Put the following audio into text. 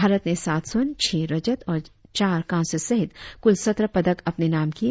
भारत ने सात स्वर्ण छह रजत और चार कांस्य सहित कुल सत्रह पदक अपने नाम किए